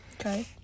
Okay